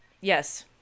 Yes